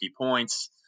points